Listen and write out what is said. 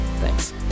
Thanks